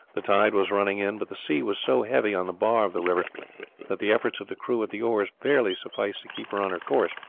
the tide was running in, but the sea was so heavy on the bar of the river that the efforts of the crew at the oars barely sufficed to keep her on her course.